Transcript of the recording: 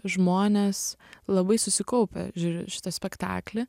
žmonės labai susikaupę žiūr šitą spektaklį